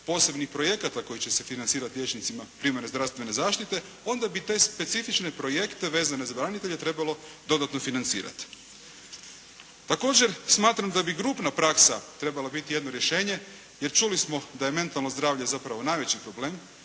posebnih projekata koji će se financirati liječnicima primarne zdravstvene zaštite, onda bi te specifične projekte vezane za branitelje trebalo dodatno financirati. Također smatram da bi grupna praksa trebala biti jedno rješenje, jer čuli smo da je mentalno zdravlje zapravo najveći problem